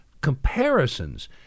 comparisons